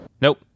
Nope